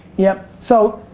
yep. so,